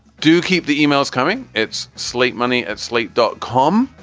do keep the e-mails coming. it's slate money at slate dot com.